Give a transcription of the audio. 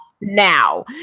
now